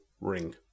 ring